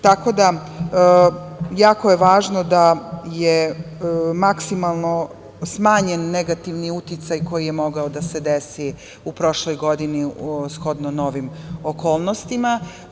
Tako da, jako je važno da je maksimalno smanjen negativni uticaj koji je mogao da se desi u prošloj godini shodno novim okolnostima.